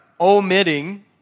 omitting